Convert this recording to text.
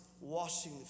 washing